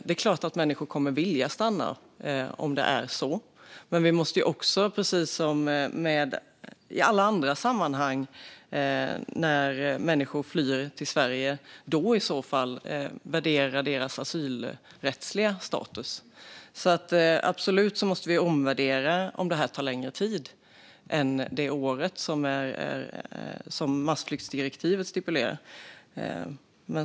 Det är klart att människor kommer att vilja stanna, men vi måste också, precis som i alla andra sammanhang när människor flyr till Sverige, värdera deras asylrättsliga status. Vi måste absolut göra en omvärdering av om konflikten kommer att ta längre tid än det år som massflyktsdirektivet stipulerar.